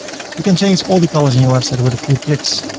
you can change all the colors in your website with a few clicks.